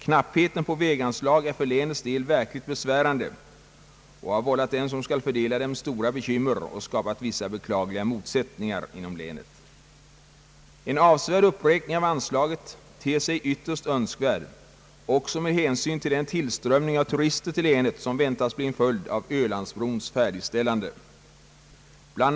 Knappheten på väganslag är för länets del verkligt besvärande och har vållat dem som skall fördela anslagen stora bekymmer och skapat vissa beklagliga motsättningar inom länet. En avsevärd uppräkning av anslaget ter sig ytterst önskvärd också med hänsyn till den tillströmning av turister till länet som väntas bli en följd av Ölandsbrons färdigställande. Bl.